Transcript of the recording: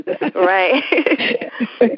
Right